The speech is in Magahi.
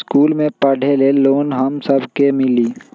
इश्कुल मे पढे ले लोन हम सब के मिली?